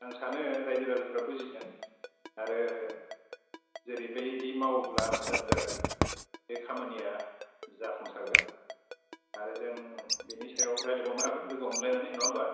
आं सानो रायजो राजाफोरा बुजिगोन आरो जेरैबायदि मावोब्ला मोजां जागोन बे खामानिया जाफुंसारगोन आरो जों बेनि सायाव रायज्लायबावनो हागोन लोगो हमलायनानै नङा होनबा